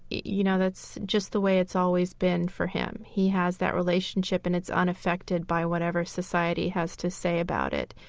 you know, that's just the way it's always been for him. he has that relationship and it's unaffected by whatever society has to say about it.